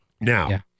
Now